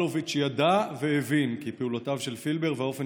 "אלוביץ' ידע והבין כי פעולותיו של פילבר והאופן